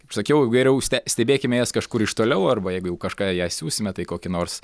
kaip sakiau jau geriau ste stebėkime jas kažkur iš toliau arba jeigu jau kažką į jas siųsime tai kokį nors